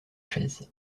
chaises